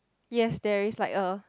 yes there is like a